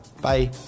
Bye